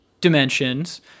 dimensions